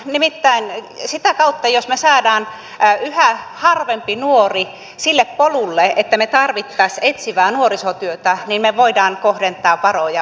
nimittäin sitä kautta jos me saamme yhä harvemman nuoren sille polulle että me tarvitsisimme etsivää nuorisotyötä me voimme kohdentaa varoja oikealla tavalla